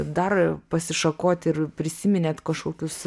dar pasišakoti ir prisiminėt kažkokius